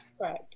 Right